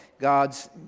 God's